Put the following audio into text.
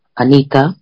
Anita